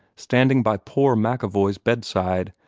standing by poor macevoy's bedside,